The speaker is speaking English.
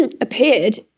appeared